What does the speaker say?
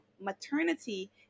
maternity